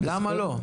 למה לא?